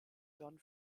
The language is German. john